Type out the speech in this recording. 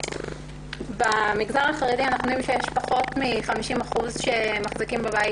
במגזר החרדי יש פחות מ-50% שמחזיקים בבית